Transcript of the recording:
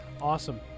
Awesome